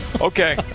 Okay